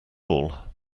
all